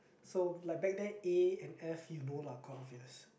so like back then A and F you know lah quite obvious